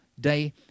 day